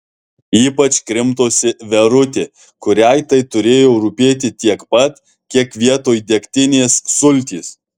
ypač krimtosi verutė kuriai tai turėjo rūpėti tiek pat kiek vietoj degtinės sultys